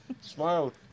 smiled